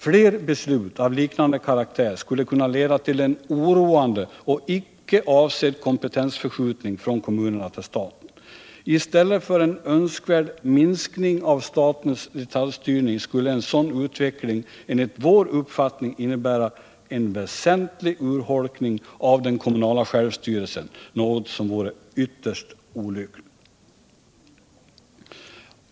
Fler beslut av liknande karaktär skulle kunna leda till en oroande och icke avsedd kompetensförskjutning från kommunerna till staten. I stället för en önskvärd minskning av statens detaljstyrning skulle en sådan utveckling enligt vår uppfattning innebära en väsentlig urholkning av den kommunala självstyrelsen — något som vore ytterst olyckligt.